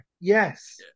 Yes